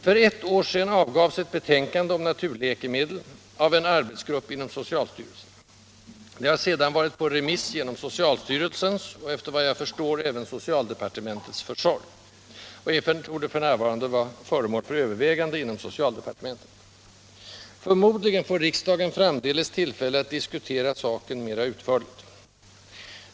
För ett år sedan avgavs ett betänkande om ”naturläkemedel” av en arbetsgrupp inom socialstyrelsen. Det har sedan varit på remiss genom socialstyrelsens och —- efter vad jag förstår — även genom socialdepartementets försorg och torde f. n. vara föremål för överväganden inom socialdepartementet. Förmodligen får riksdagen framdeles tillfälle att diskutera saken mera ut förligt.